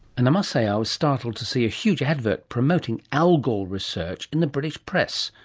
and i must say i was startled to see a huge advert promoting algal research in the british press,